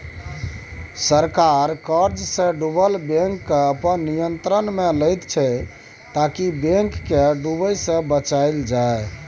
सरकार कर्जसँ डुबल बैंककेँ अपन नियंत्रणमे लैत छै ताकि बैंक केँ डुबय सँ बचाएल जाइ